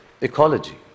ecology